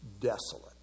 desolate